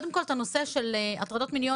קודם כל את הנושא של הטרדות מיניות